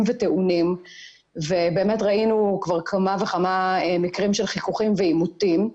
וטעונים ואכן ראינו כמה וכמה מקרים של חיכוכים ועימותים.